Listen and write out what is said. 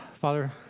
Father